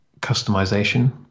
customization